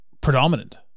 predominant